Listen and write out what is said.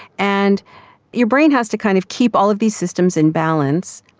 and your brain has to kind of keep all of these systems in balance.